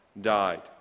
died